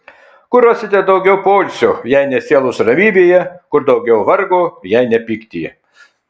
kur rasite daugiau poilsio jei ne sielos ramybėje kur daugiau vargo jei ne pyktyje